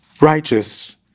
righteous